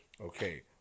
Okay